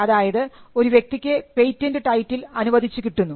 അതായത് ഒരു വ്യക്തിക്ക് പേറ്റന്റ് ടൈറ്റിൽ അനുവദിച്ചു കിട്ടുന്നു